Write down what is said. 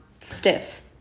stiff